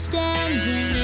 Standing